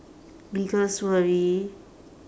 biggest worry